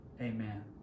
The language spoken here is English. amen